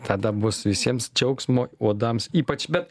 tada bus visiems džiaugsmo uodams ypač bet